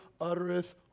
uttereth